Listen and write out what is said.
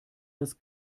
das